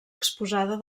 exposada